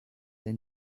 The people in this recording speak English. they